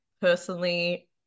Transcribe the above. personally